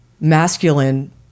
masculine